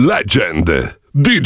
Legend